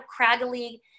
craggly